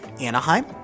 Anaheim